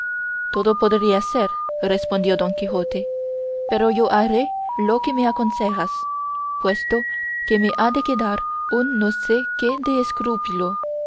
todo podría ser respondió don quijote pero yo haré lo que me aconsejas puesto que me ha de quedar un no sé qué de escrúpulo